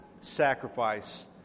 sacrifice